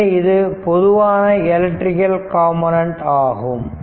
எனவே இது பொதுவான எலக்ட்ரிக்கல் காம்பொனன்ட் ஆகும்